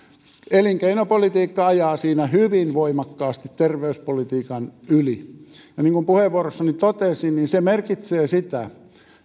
elinkeinopolitiikka ajaa siinä hyvin voimakkaasti terveyspolitiikan yli niin kuin puheenvuorossani totesin se merkitsee sitä